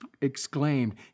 exclaimed